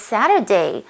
Saturday